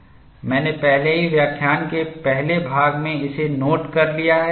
मैंने पहले ही व्याख्यान के पहले भाग में इसे नोट कर लिया है